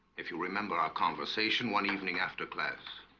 if you remember our conversation one evening after class.